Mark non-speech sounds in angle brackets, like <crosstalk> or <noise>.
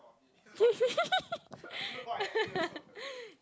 <laughs>